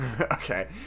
Okay